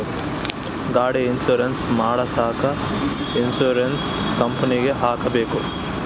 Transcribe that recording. ಗಾಡಿ ಇನ್ಸುರೆನ್ಸ್ ಮಾಡಸಾಕ ಇನ್ಸುರೆನ್ಸ್ ಕಂಪನಿಗೆ ಹೋಗಬೇಕಾ?